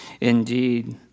Indeed